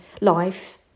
life